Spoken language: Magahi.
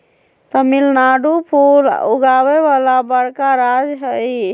तमिलनाडु फूल उगावे वाला बड़का राज्य हई